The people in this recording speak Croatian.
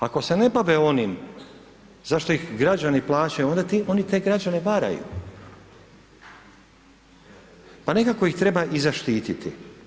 Ako se ne bave onim za što ih građani plaćaju, onda oni te građane varaju, pa nekako ih treba i zaštititi.